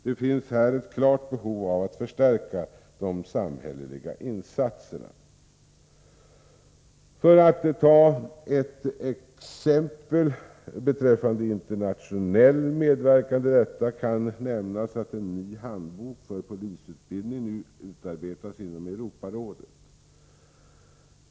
Det finns här ett klart behov av att förstärka de samhälleliga insatserna. För att ta ett exempel beträffande internationell medverkan till detta kan jag nämna att en ny handbok för polisutbildning nu utarbetas inom Europarådet.